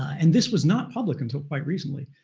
and this was not public until quite recently.